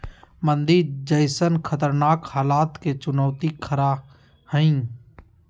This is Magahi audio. मंदी जैसन खतरनाक हलात के चुनौती खरा हइ